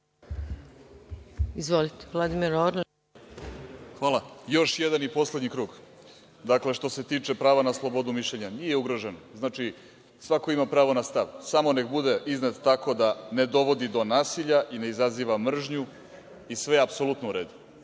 Orlić. **Vladimir Orlić** Hvala. Još jedan i poslednji krug. Dakle, što se tiče prava na slobodu mišljenja, nije ugroženo. Svako ima pravo na stav. Samo nek bude iznad, tako da ne dovodi do nasilja i ne izaziva mržnju i sve je apsolutno u redu,